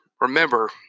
Remember